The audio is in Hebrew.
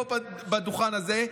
פה בדוכן הזה,